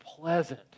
pleasant